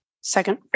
Second